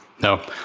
No